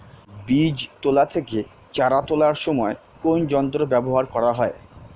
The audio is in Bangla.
বীজ তোলা থেকে চারা তোলার সময় কোন যন্ত্র ব্যবহার করা হয়?